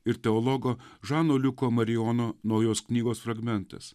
ir teologo žano liuko marijono naujos knygos fragmentas